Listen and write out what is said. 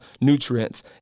nutrients